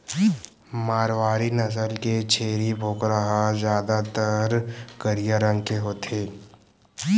मारवारी नसल के छेरी बोकरा ह जादातर करिया रंग के होथे